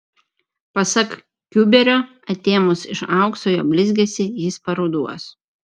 pasak kiuberio atėmus iš aukso jo blizgesį jis paruduos